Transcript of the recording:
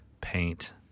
paint